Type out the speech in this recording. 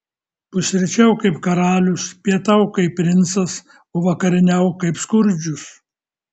pusryčiauk kaip karalius pietauk kaip princas o vakarieniauk kaip skurdžius